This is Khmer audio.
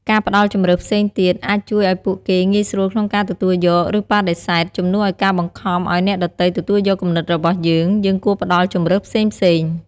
ការផ្តល់ជម្រើសផ្សេងទៀត អាចជួយឲ្យពួកគេងាយស្រួលក្នុងការទទួលយក ឬបដិសេធ ជំនួសឲ្យការបង្ខំឲ្យអ្នកដទៃទទួលយកគំនិតរបស់យើង យើងគួរផ្តល់ជម្រើសផ្សេងៗ។